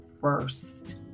first